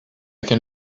can